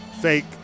fake